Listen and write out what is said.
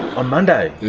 on monday?